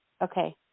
Okay